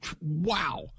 wow